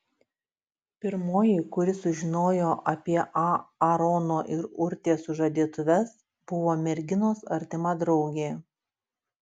pirmoji kuri sužinojo apie aarono ir urtės sužadėtuves buvo merginos artima draugė